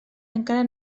encara